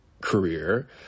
career